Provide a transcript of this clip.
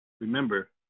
Remember